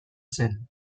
zen